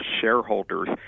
shareholders